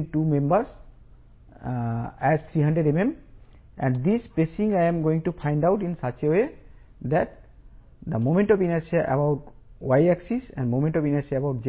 03× 106 mm4 కావాల్సిన మరియు ఇచ్చిన మొమెంట్ ఆఫ్ ఇనర్షియా ను సమానం చేయగా